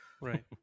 right